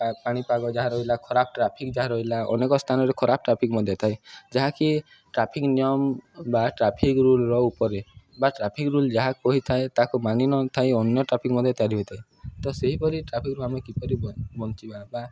ପାଣିପାଗ ଯାହା ରହିଲା ଖରାପ ଟ୍ରାଫିକ୍ ଯାହା ରହିଲା ଅନେକ ସ୍ଥାନରେ ଖରାପ ଟ୍ରାଫିକ୍ ମଧ୍ୟ ଥାଏ ଯାହାକି ଟ୍ରାଫିକ୍ ନିୟମ ବା ଟ୍ରାଫିକ୍ ରୁଲ୍ର ଉପରେ ବା ଟ୍ରାଫିକ୍ ରୁଲ୍ ଯାହା କହିଥାଏ ତାକୁ ମାନି ନଥାଏ ଅନ୍ୟ ଟ୍ରାଫିକ୍ ମଧ୍ୟ ତିଆରି ହୋଇଥାଏ ତ ସେହିପରି ଟ୍ରାଫିକ୍ରୁୁ ଆମେ କିପରି ବଞ୍ଚିବା ବା